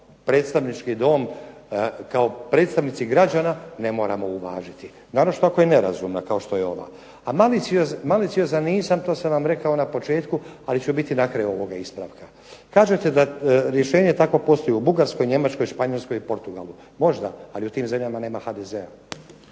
predstavnički dom, kao predstavnici građana ne moramo uvažiti. Naročito ako je nerazumna kao što je ova. A maliciozan nisam to sam vam rekao na početku, ali ću biti na kraju ovog ispravka. Kažete da takvo rješenje postoji u Njemačkoj, Bugarskoj, Španjolskoj i Portugalu. Možda ali u tim zemljama nema HDZ-a.